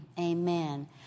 Amen